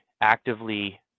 actively –